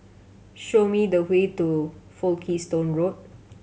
show me the way to Folkestone Road